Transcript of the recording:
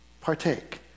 Partake